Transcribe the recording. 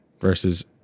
versus